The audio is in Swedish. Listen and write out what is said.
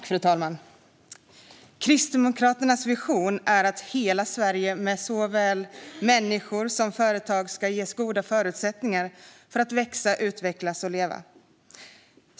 Fru talman! Kristdemokraternas vision är att hela Sverige, med såväl människor som företag, ska ges goda förutsättningar att växa, utvecklas och leva.